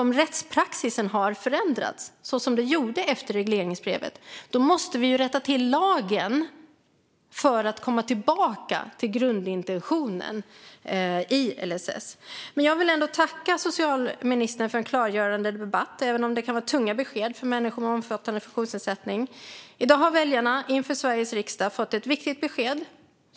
Om rättspraxisen har förändrats, så som den gjorde efter regleringsbrevet, måste vi rätta till lagen för att komma tillbaka till grundintentionen i LSS. Jag vill ändå tacka socialministern för en klargörande debatt, även om det kan vara tunga besked för människor med omfattande funktionsnedsättning. I dag har väljarna inför Sveriges riksdag fått ett viktigt besked.